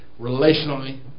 relationally